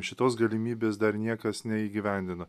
šitos galimybės dar niekas neįgyvendino